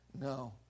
No